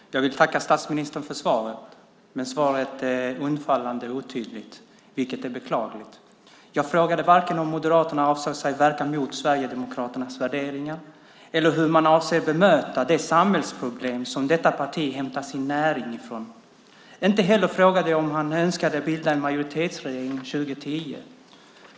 Fru talman! Jag vill tacka statsministern för svaret. Men svaret är undfallande och otydligt, vilket är beklagligt. Jag frågade inte vare sig om Moderaterna avser att verka mot Sverigedemokraternas värderingar eller hur man avser att bemöta de samhällsproblem som detta parti hämtar sin näring från. Inte heller frågade jag om han önskar bilda en majoritetsregering 2010.